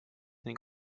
ning